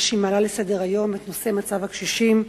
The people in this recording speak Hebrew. שהיא מעלה לסדר-היום את מצב הקשישים,